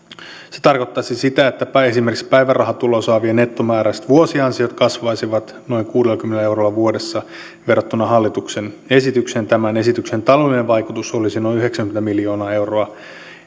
se tarkoittaisi sitä että esimerkiksi päivärahatuloa saavien nettomääräiset vuosiansiot kasvaisivat noin kuudellakymmenellä eurolla vuodessa verrattuna hallituksen esitykseen tämän esityksen taloudellinen vaikutus olisi noin yhdeksänkymmentä miljoonaa euroa